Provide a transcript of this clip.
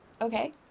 Okay